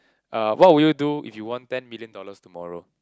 uh what would you do if you want ten million dollars tomorrow